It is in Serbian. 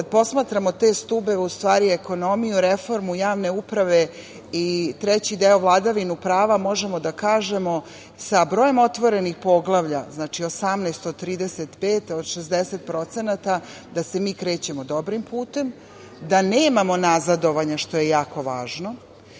kada posmatramo te stubove u stvari ekonomiju, reformu javne uprave i treći deo vladavinu prava, možemo da kažemo sa brojem otvorenih poglavlja, znači 18 od 35, od 60% da se mi krećemo dobrim putem, da nemamo nazadovanja što je jako važno